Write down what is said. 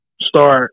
start